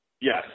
Yes